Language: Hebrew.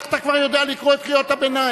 איך אתה כבר יודע לקרוא את קריאות הביניים?